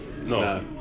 No